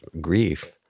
grief